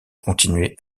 continué